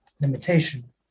limitation